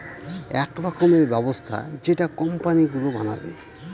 এক রকমের ব্যবস্থা যেটা কোম্পানি গুলো বানাবে